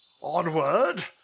Onward